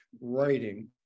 writing